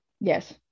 Yes